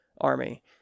army